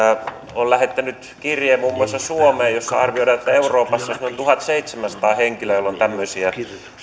on lähettänyt muun muassa suomeen kirjeen jossa arvioidaan että euroopassa on semmoiset tuhatseitsemänsataa henkilöä joilla on tämmöisiä